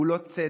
הוא לא צדק